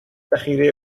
ذخیره